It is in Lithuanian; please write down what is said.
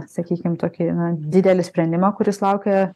sakykim tokį na didelį sprendimą kuris laukia